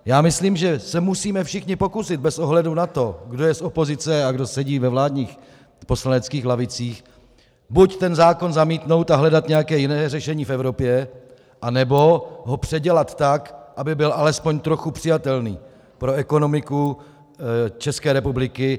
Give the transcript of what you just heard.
Já myslím, že se musíme všichni pokusit bez ohledu na to, kdo je z opozice a kdo sedí ve vládních poslaneckých lavicích, buď ten zákon zamítnout a hledat nějaké jiné řešení v Evropě, anebo ho předělat tak, aby byl alespoň trochu přijatelný pro ekonomiku České republiky.